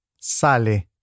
sale